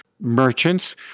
merchants